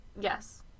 Yes